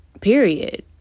period